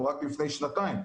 הן רק מלפני שנתיים,